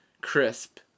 crisp